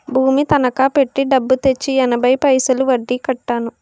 భూమి తనకా పెట్టి డబ్బు తెచ్చి ఎనభై పైసలు వడ్డీ కట్టాను